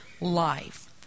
life